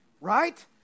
right